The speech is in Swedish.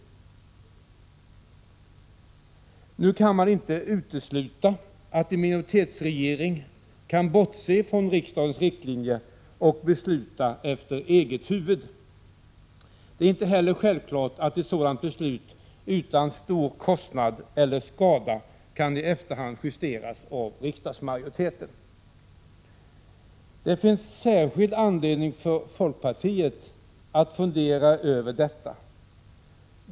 Nu kan det inte uteslutas att en minoritetsregering kan bortse från riksdagens riktlinjer och besluta efter eget huvud. Det är inte heller självklart att ett sådant beslut utan stor kostnad och/eller skada kan i efterhand justeras av riksdagsmajoriteten. Det finns särskild anledning för folkpartiet att fundera över detta.